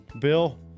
Bill